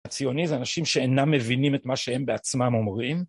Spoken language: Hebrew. הציוני זה אנשים שאינם מבינים את מה שהם בעצמם אומרים